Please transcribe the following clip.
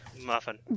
Muffin